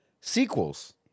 sequels